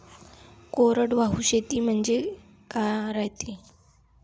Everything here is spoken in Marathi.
कोरडवाहू शेती म्हनजे का रायते?